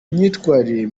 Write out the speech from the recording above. myitwarire